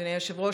אדוני היושב-ראש,